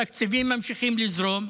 התקציבים ממשיכים לזרום,